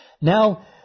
Now